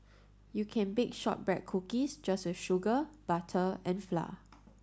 you can bake shortbread cookies just with sugar butter and flour